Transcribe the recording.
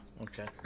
okay